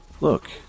Look